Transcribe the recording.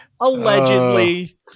Allegedly